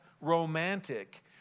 romantic